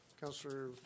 Councillor